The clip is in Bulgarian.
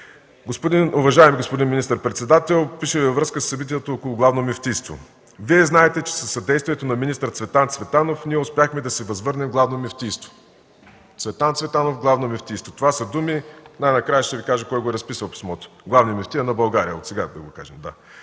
„Уважаеми господин министър-председател, пиша Ви във връзка със събитията около Главното мюфтийство. Вие знаете, че със съдействието на министър Цветан Цветанов ние успяхме да си възвърнем Главно мюфтийство.” Цветан Цветанов – Главно мюфтийство. Това са думи и най-накрая ще Ви кажа кой е разписал писмото – главният мюфтия на България, отсега да Ви го кажа.